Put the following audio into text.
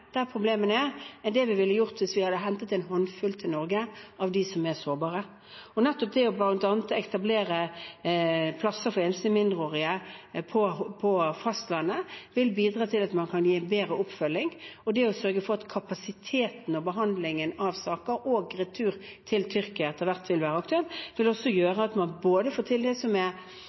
der problemene er, enn det vi ville gjort hvis vi hadde hentet til Norge en håndfull av de sårbare. Det å etablere plasser for enslige mindreårige på fastlandet vil bidra til at man kan gi bedre oppfølging. Det å sørge for kapasiteten og behandlingen av saker og at retur til Tyrkia etter hvert vil være aktuelt, vil også gjøre at man får til det som